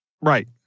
Right